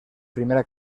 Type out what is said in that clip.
primera